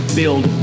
build